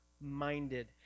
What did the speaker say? minded